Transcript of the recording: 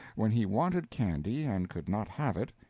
when he wanted candy and could not have it,